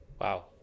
wow